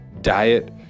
diet